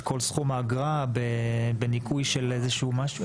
את כל סכום האגרה, בניכוי של איזה משהו?